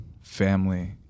family